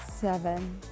seven